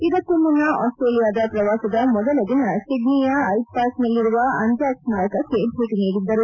ಇದಕ್ಕೂ ಮುನ್ನ ಆಸ್ಕ್ರೇಲಿಯಾದ ಪ್ರವಾಸದ ಮೊದಲ ದಿನ ಸಿದ್ವಿಯ ಐಡ್ ಪಾರ್ಕ್ನಲ್ಲಿರುವ ಅಂಜಾಕ್ ಸ್ಮಾರಕಕ್ಕೆ ಭೇಟಿ ನೀಡಿದ್ದರು